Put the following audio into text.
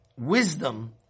wisdom